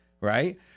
right